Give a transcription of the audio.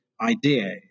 idea